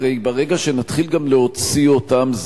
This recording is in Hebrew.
הרי ברגע שנתחיל גם להוציא אותם,